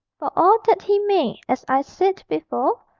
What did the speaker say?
for all that he may, as i said before,